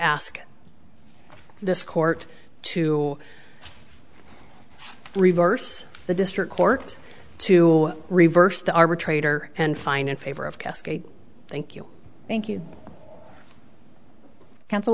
ask this court to reverse the district court to reverse the arbitrator and fine in favor of cascade thank you thank you c